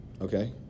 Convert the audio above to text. Okay